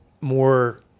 more